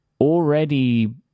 already